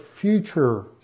future